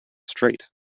straight